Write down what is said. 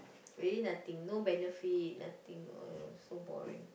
really nothing no benefit nothing !aiya! so boring